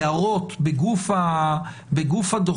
הערות בגוף הדוחות,